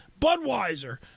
Budweiser